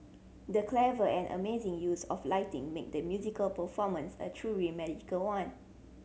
the clever and amazing use of lighting made the musical performance a truly magical one